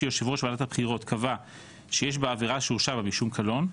שיושב ראש ועדת הבחירות קבע שיש בעבירה בה הורשע משום קלון,